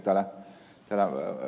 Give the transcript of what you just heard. niin kuin ed